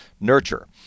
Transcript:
nurture